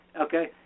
okay